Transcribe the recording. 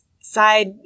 side